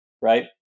right